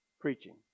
Preaching